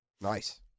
Nice